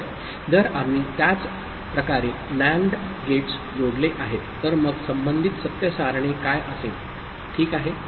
तर जर आम्ही त्याच प्रकारे नॅन्ड गेट्स जोडले आहेत तर मग संबंधित सत्य सारणी काय असेल ठीक आहे